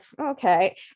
okay